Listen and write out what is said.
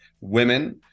women